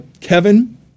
Kevin